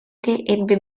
ebbe